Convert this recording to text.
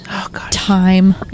Time